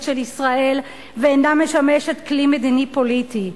של ישראל ואינה משמשת כלי מדיני פוליטי.